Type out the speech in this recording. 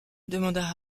demanda